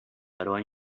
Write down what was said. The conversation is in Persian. برای